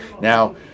now